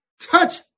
touch